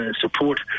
support